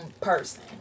person